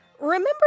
Remember